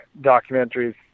documentaries